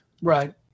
Right